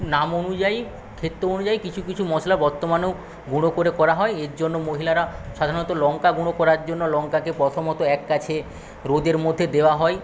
নাম অনুযায়ী ক্ষেত্র অনুযায়ী কিছু কিছু মশলা বর্তমানেও গুঁড়ো করে করা হয় এর জন্য মহিলারা সাধারণত লঙ্কা গুঁড়ো করার জন্য লঙ্কাকে প্রথমত এক কাছে রোদের মধ্যে দেওয়া হয়